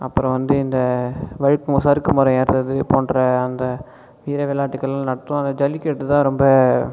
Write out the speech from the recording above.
அப்புறம் வந்து இந்த வழுக்கு மரம் சறுக்கு மரம் ஏறுகிறது போன்ற அந்த வீர விளையாட்டுகள்லா நடத்துவோம் ஜல்லிக்கட்டு தான் ரொம்ப